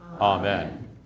amen